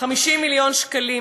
50 מיליון שקלים.